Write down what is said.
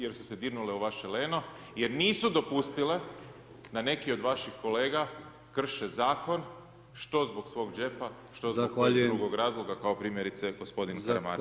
Jer su se dirnule u vaše leno, jer nisu dopustile da neki od vaših kolega, krađe zakon, što zbog svog džepa što zbog … drugog razloga, kao primjerice g. … Hvala.